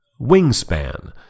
Wingspan